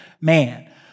man